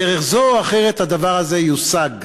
בדרך זו או אחרת הדבר הזה יושג,